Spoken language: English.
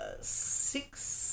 six